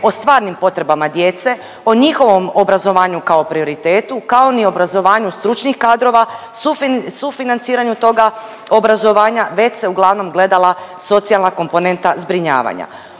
o stvarnim potrebama djece, o njihovom obrazovanju kao prioritetu, kao ni o obrazovanju stručnih kadrova, sufinanciranju toga obrazovanja, već se uglavnom gledala socijalna komponenta zbrinjavanja.